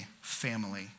family